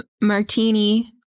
martini